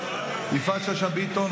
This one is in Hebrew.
יפעת שאשא ביטון,